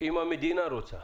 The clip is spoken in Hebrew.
אם המדינה רוצה?